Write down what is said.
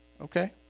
Okay